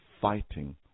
fighting